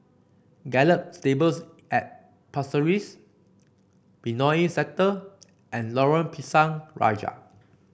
Gallop Stables at Pasir Ris Benoi Sector and Lorong Pisang Raja